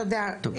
תודה.